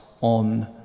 on